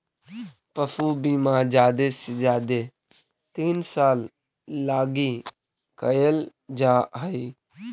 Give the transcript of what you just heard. पशु बीमा जादे से जादे तीन साल लागी कयल जा हई